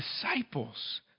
disciples